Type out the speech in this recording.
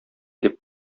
дип